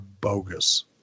bogus